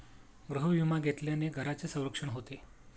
गृहविमा घेतल्याने घराचे संरक्षण होते